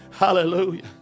Hallelujah